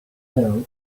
girl